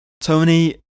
Tony